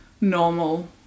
normal